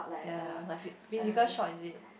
ya ya love it physical shop is it